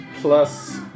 plus